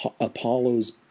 Apollo's